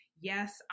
yes